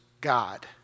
God